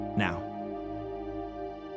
Now